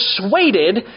persuaded